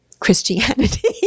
Christianity